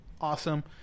awesome